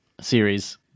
series